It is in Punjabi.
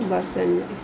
ਬਸ ਇੰਨਾ ਹੀ